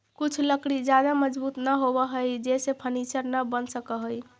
कुछ लकड़ी ज्यादा मजबूत न होवऽ हइ जेसे फर्नीचर न बन सकऽ हइ